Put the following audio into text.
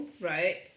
right